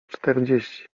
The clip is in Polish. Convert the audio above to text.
czterdzieści